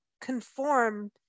conform